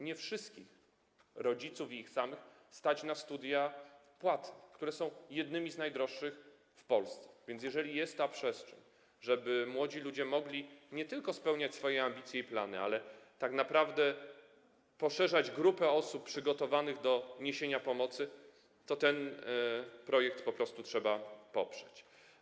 Nie wszystkich rodziców i ich samych stać na studia płatne, które są jednymi z najdroższych w Polsce, więc jeżeli jest przestrzeń, żeby młodzi ludzie mogli nie tylko realizować swoje ambicje i plany, ale tak naprawdę poszerzać grupę osób przygotowanych do niesienia pomocy, to ten projekt po prostu trzeba poprzeć.